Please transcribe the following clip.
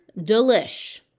delish